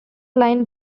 line